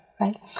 right